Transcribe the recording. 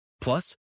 Plus